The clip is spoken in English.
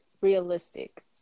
realistic